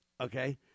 okay